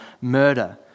murder